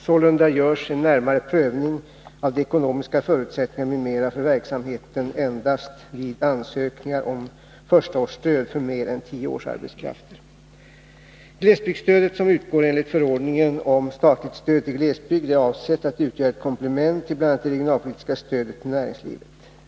Sålunda görs en närmare prövning av de ekonomiska förutsättningarna m.m. för verksamheten endast vid ansökningar om förstaårsstöd för mer än tio årsarbetskrafter. Glesbygdsstödet, som utgår enligt förordningen om statligt stöd till glesbygd, är avsett att utgöra ett komplement till bl.a. det regionalpolitiska stödet till näringslivet.